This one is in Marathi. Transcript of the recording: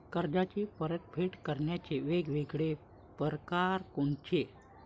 कर्जाची परतफेड करण्याचे वेगवेगळ परकार कोनचे?